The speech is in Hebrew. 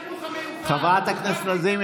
חברת הכנסת לזימי,